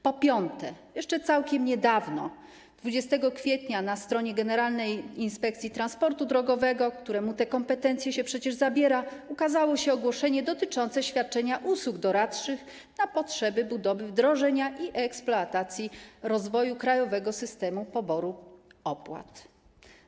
Po piąte, jeszcze całkiem niedawno, 20 kwietnia, na stronie Głównego Inspektoratu Transportu Drogowego, któremu te kompetencje się przecież zabiera, ukazało się ogłoszenie dotyczące świadczenia usług doradczych na potrzeby budowy, wdrożenia, eksploatacji i rozwoju Krajowego Systemu Poboru Opłat.